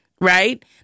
Right